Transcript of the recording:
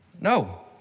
no